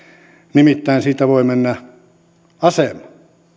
nimittäin siitä voi mennä asema